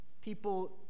people